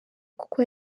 kuko